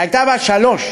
הייתה בת שלוש,